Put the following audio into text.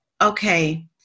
okay